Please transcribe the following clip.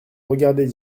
regardez